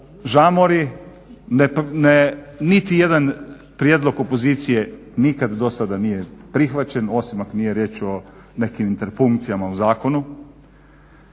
žamori, niti jedan prijedlog opozicije nikad do sad nije prihvaćen osim ako nije riječ o nekim interpunkcijama u zakonu.